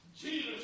Jesus